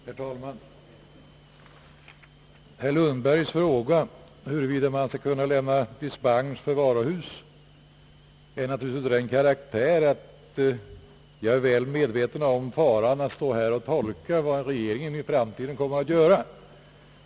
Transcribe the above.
Herr talman! Herr Lundbergs fråga, huruvida man skall lämna dispens för varuhus, är naturligtvis av den karaktären att jag är väl medveten om faran av att stå här och försöka tolka vad regeringen i framtiden kommer att göra.